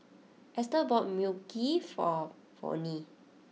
Esther bought Mui Kee for Vonnie